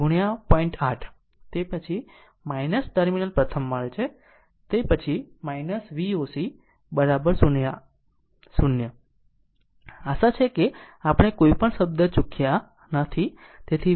8 તે પછી ટર્મિનલ પ્રથમ મળે છે તે પછી Voc 0 આશા છે કે આપણે કોઈપણ શબ્દ ચુક્યા નથી